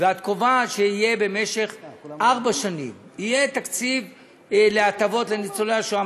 ואת קובעת שבמשך ארבע שנים יהיה תקציב להטבות לניצולי השואה,